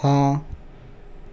हाँ